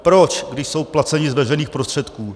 Proč, když jsou placeni z veřejných prostředků?